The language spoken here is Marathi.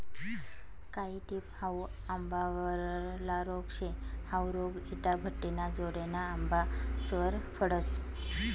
कायी टिप हाउ आंबावरला रोग शे, हाउ रोग इटाभट्टिना जोडेना आंबासवर पडस